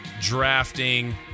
drafting